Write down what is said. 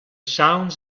sounds